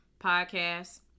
podcast